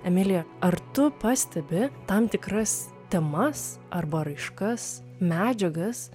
emilija ar tu pastebi tam tikras temas arba raiškas medžiagas